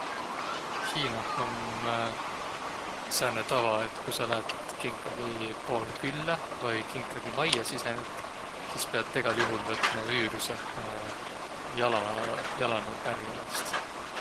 Hiinah om sääne tava, et ku sa läät kinkagi poolõ küllä vai kinkagi majja sisenet, sis egäl juhul piät võtma vüürüseh jala- jalanõuq ärq jalast.